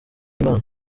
imana